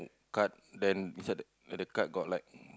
card then beside the the card got like